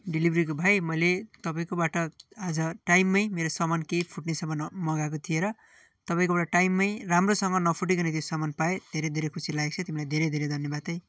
डेलिभरीको भाइ मैले तपाईँकोबाट आज टाइममै मेरो सामान केही फुट्ने सामान मगाएको थिएँ र तपाईँकोबाट टाइममै राम्रोसँग नफुटीकन त्यो सामान पाएँ धेरै धेरै खुसी लागेको छ तिमीलाई धेरै धेरै धन्यवाद है